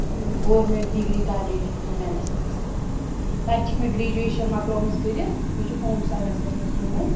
government degree college women's منٛز تَتہِ چھِ مےٚ گرٛیجویشَن مَکلٲومٕژ کٔرِتھ مےٚ چھِ ہوم ساینَسَس منٛز کوٚرمُت